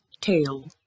tail